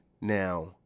now